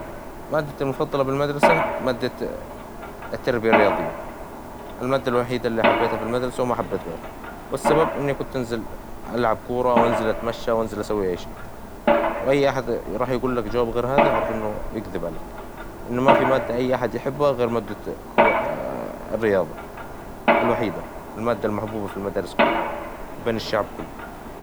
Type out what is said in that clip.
مادتي المفظلة بالمدرسة مادة التربية الرياظية، المادة الوحيدة إللي حبيتها في المدرسة وما حبيت غيرها، والسبب إني كنت أنزل ألعب كورة، وأنزل أتمشى، وأنزل أسوي أي شي، وأي أحد يروح يقول لك جواب غير هذا إعرف إنه يكذب عليك، إنه ما في مادة أي أحد يحبها غير مادة الرياظة الوحيدة المادة المحبوبة في المدارس كلها وبين الشعب كله.